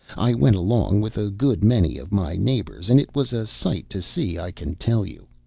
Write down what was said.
i went, along with a good many of my neighbors, and it was a sight to see, i can tell you.